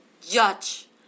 judge